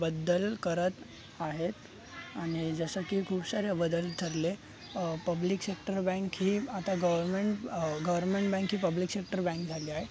बद्दल करत आहेत आणि जसं की खूप सारे बदल ठरले पब्लिक सेक्टर बँक ही आता गव्हर्मेंट गव्हर्मेंट बँक ही पब्लिक सेक्टर बँक झाली आहे